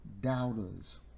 Doubters